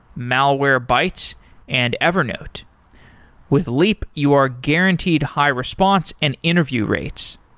malwarebytes and evernote with leap, you are guaranteed high response and interview rates.